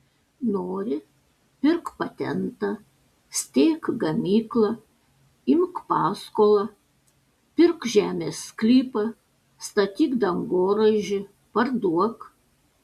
nori pirk patentą steik gamyklą imk paskolą pirk žemės sklypą statyk dangoraižį parduok